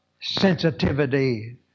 sensitivity